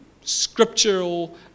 scriptural